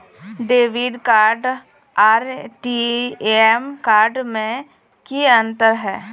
Debit card आर ATM card में की अंतर है?